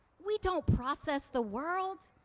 we don't process the world.